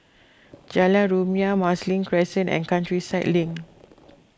Jalan Rumia Marsiling Crescent and Countryside Link